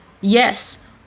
Yes